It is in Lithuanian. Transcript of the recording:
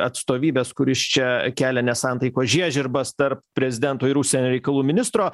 atstovybės kuris čia kelia nesantaikos žiežirbas tarp prezidento ir užsienio reikalų ministro